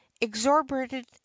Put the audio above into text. exorbitant